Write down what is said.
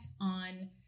on